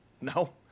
No